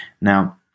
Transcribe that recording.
now